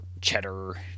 cheddar